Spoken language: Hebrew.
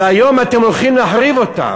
והיום אתם הולכים להחריב אותה.